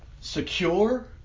secure